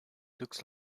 looks